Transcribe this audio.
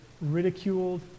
ridiculed